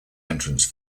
entrance